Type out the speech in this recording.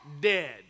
dead